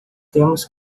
temos